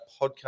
podcast